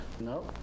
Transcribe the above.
No